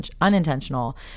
unintentional